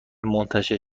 منتشر